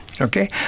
Okay